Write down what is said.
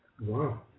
Wow